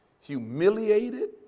humiliated